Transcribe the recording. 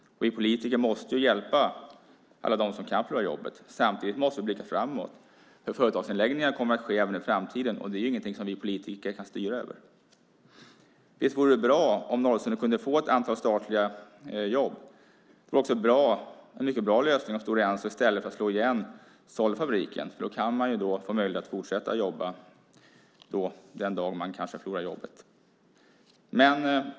Vi politiker måste hjälpa alla dem som kan förlora jobbet. Samtidigt måste vi blicka framåt. Företagsnedläggningar kommer att ske även i framtiden, och det är ingenting som vi politiker kan styra över. Visst vore det bra om Norrsundet kunde få ett antal statliga jobb. Det vore en mycket bra lösning om Stora Enso i stället för att slå igen sålde fabriken. Då kan man få möjlighet att fortsätta att jobba den dag man kanske förlorar jobbet på Stora Enso.